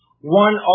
one